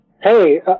hey